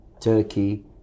Turkey